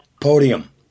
podium